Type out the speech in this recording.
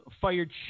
fired